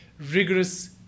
rigorous